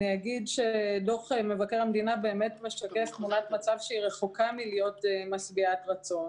אגיד שדוח מבקר המדינה באמת משקף תמונת מצב שרחוקה מלהיות משביעת רצון.